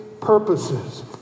purposes